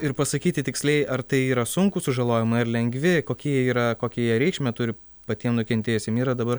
ir pasakyti tiksliai ar tai yra sunkūs sužalojimai ar lengvi kokie jie yra kokią jie reikšmę turi patiem nukentėjusiem yra dabar